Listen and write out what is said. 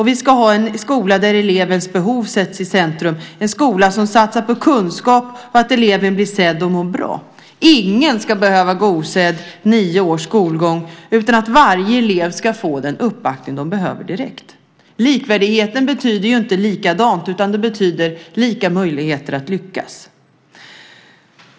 Vi ska ha en skola där elevens behov sätts i centrum, en skola som satsar på kunskap och på att eleven blir sedd och mår bra. Ingen ska behöva gå osedd under nio års skolgång. Varje elev ska direkt få den uppbackning den behöver. Likvärdighet betyder ju inte likadant, utan det betyder lika möjligheter att lyckas.